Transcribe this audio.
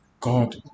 God